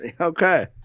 Okay